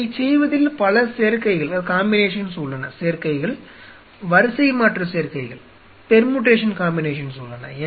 இதைச் செய்வதில் பல சேர்க்கைகள் வரிசைமாற்றச் சேர்க்கைகள் உள்ளன